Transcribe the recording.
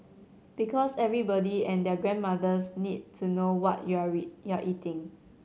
because everybody and their grandmothers need to know what you're read you're eating